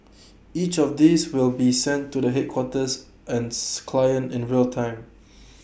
each of these will be sent to the headquarters ants clients in real time